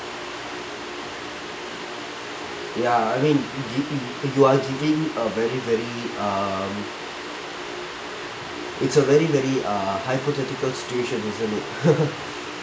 ya I mean y~ y~ you are given a very very um it's a very very err hypothetical situation isn't it